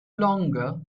longer